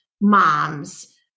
moms